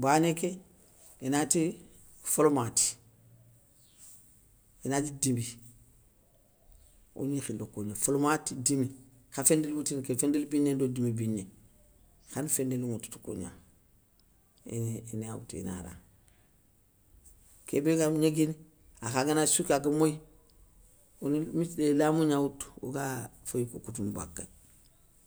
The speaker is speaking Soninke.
Bané ké. inati folmati, inati dimi, ogni khili koungna, folmati, dimi, kha féndéli woutini kéy, féndéli biné ndo dimi biné, khane féndéli ŋwoutou ti kougna ini iniya woutou ina ra. Kébé ga ognéguini, akha gana siko aga moyi oni missidé lamou gna woutou, oga féyou kou koutounou bakéy.